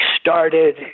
started